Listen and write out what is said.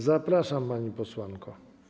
Zapraszam, pani posłanko.